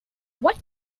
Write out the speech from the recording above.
what